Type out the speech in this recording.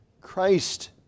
Christ